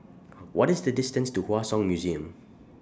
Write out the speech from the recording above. What IS The distance to Hua Song Museum